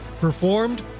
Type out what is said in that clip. Performed